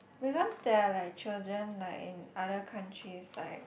because there are like children like in other countryside